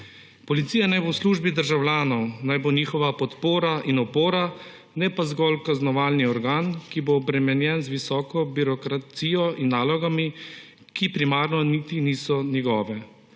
Policija naj bo v službi državljanov, naj bo njihova podpora in opora, ne pa zgolj kaznovalni organ, ki bo obremenjen z visoko birokracijo in nalogami, ki primarno niti niso njegove.